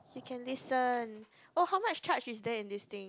we can listen oh how much charge is there in this thing